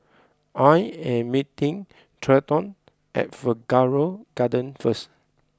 I am meeting Trenton at Figaro Gardens first